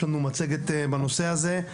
יש לנו מצגת בנושא הזה,